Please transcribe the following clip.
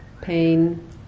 pain